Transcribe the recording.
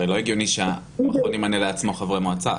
הרי לא הגיוני שהמכון ימנה לעצמו חברי מועצה,